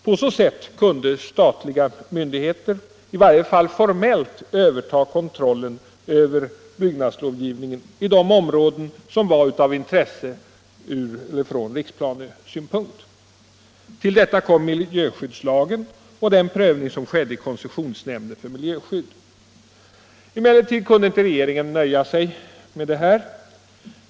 På så sätt kunde statliga myndigheter i varje fall formellt överta kontrollen över byggnadslovgivningen i de områden som var av intresse från riksplanesynpunkt. Till detta kom miljöskyddslagen och den prövning som skedde i koncessionsnämnden för miljöskydd. Emellertid kunde inte regeringen nöja sig med detta.